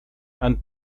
han